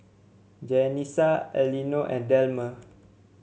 Janessa Elinor and Delmer